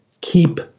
keep